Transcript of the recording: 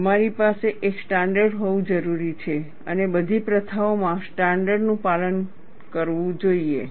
ઓ તમારી પાસે એક સ્ટાન્ડર્ડ હોવું જરૂરી છે અને બધી પ્રથાઓમાં સ્ટાન્ડર્ડ નું પાલન કરવું જોઈએ